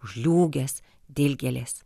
žliūgės dilgėlės